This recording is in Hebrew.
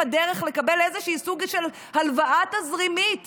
הדרך לקבל איזשהו סוג של הלוואה תזרימית